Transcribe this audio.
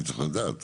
אני צריך לדעת.